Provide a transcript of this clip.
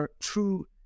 true